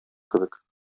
кебек